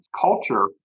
culture